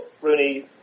Rooney